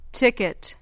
ticket